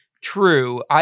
true